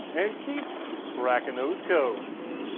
and keep cracking those codes!